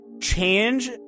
change